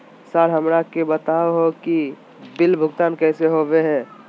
Sir हमरा के बता हो कि बिल भुगतान कैसे होबो है?